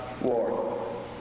war